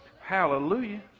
Hallelujah